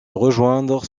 rejoindre